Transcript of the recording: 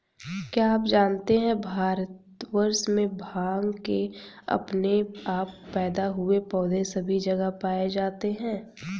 क्या आप जानते है भारतवर्ष में भांग के अपने आप पैदा हुए पौधे सभी जगह पाये जाते हैं?